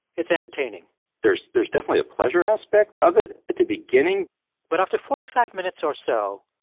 it's entertaining there's there's definitely a pleasure aspect of it at the beginning but after forty five minutes or so,